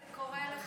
איך זה קורה לך?